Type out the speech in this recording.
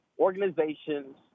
organizations